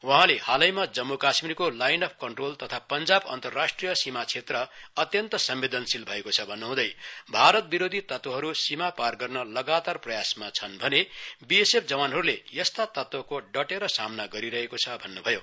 वहाँले हालैमा जम्म् कश्मीरको लाइन अव् कन्ट्रोल तथा पंजाब अन्तरराष्ट्रिय सिमा क्षेत्र अत्यन्त संवेदनशील भएको छ भन्न् हुँदै भारतविरोधी तत्वहरू सिमापार गर्न लगातार प्रयासमा छन् भने बीएसएफ जवानहरूले यस्ता तत्वहको डटेर सामना गरिरहेको छ भन्न् भयो